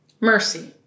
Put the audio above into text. Mercy